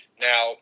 Now